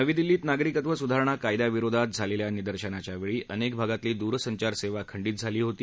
नवी दिल्लीत नागरिकत्व सुधारणा कायद्याविरोधात झालेल्या निदर्शनाच्या वेळी अनेक भागातली दूरसंचारसेवा खंडित झाली होती